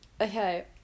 Okay